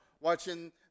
watching